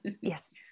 yes